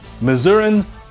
Missourians